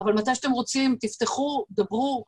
אבל מתי שאתם רוצים, תפתחו, דברו.